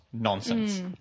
Nonsense